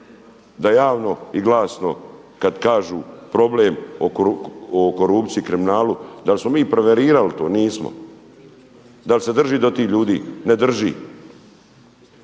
da javno i glasno kad kažu problem o korupciji, kriminalu da li smo mi … to, nismo, da li se drži do tih ljudi, ne drži.